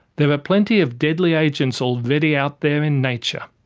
there are plenty of deadly agents already out there in nature.